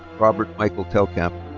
robert michael telkamp.